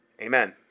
Amen